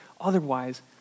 Otherwise